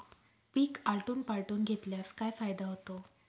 पीक आलटून पालटून घेतल्यास काय फायदा होतो?